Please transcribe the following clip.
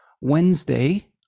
Wednesday